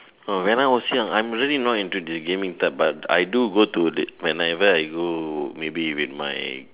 oh when I was young I'm not really into the gaming type but I do go to the when I where I go maybe with my